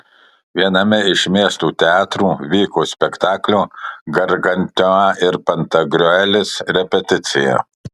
viename iš miesto teatrų vyko spektaklio gargantiua ir pantagriuelis repeticija